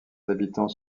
habitants